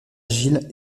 gil